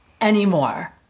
anymore